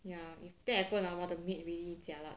ya if that happen ah !wah! the maid really jialat